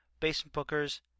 basementbookers